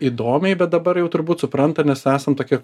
įdomiai bet dabar jau turbūt supranta nes esam tokia